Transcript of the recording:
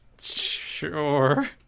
Sure